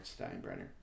Steinbrenner